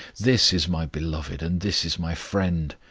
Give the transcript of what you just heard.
this is my beloved, and this is my friend,